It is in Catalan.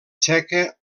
txeca